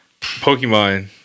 Pokemon